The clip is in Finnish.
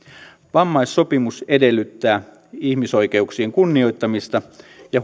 vammaissopimus edellyttää ihmisoikeuksien kunnioittamista ja